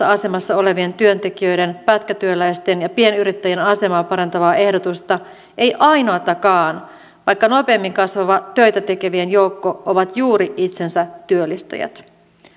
asemassa olevien työntekijöiden pätkätyöläisten ja pienyrittäjien asemaa parantavaa ehdotusta ei ainoatakaan vaikka nopeimmin kasvava töitä tekevien joukko ovat juuri itsensä työllistäjät